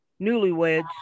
newlyweds